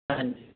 ਹਾਂਜੀ